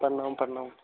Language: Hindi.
प्रणाम प्रणाम